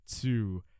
two